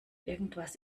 irgendwas